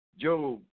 Job